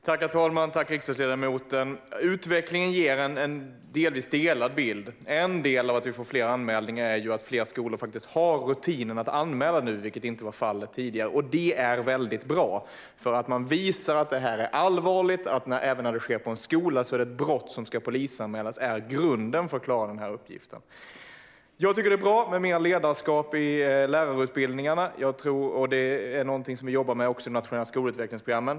Herr talman! Tack, riksdagsledamoten! Utvecklingen ger upphov till en delad bild. Att vi får fler anmälningar beror delvis på att fler skolor nu har rutinen att anmäla, vilket inte var fallet tidigare. Och det är väldigt bra. Man visar att det är allvarligt och att det är ett brott som ska polisanmälas även när det sker på en skola. Det är grunden för att klara den här uppgiften. Det är bra med mer utbildning i ledarskap på lärarutbildningarna. Det är också något som vi jobbar med i de nationella skolutvecklingsprogrammen.